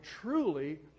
truly